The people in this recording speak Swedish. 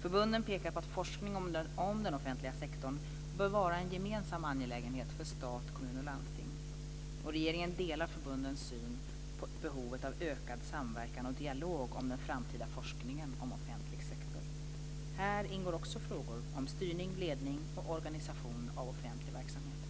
Förbunden pekar på att forskning om den offentliga sektorn bör vara en gemensam angelägenhet för stat, kommun och landsting. Regeringen delar förbundens syn på behovet av ökad samverkan och dialog om den framtida forskningen om offentlig sektor. Här ingår också frågor om styrning, ledning och organisation av offentlig verksamhet.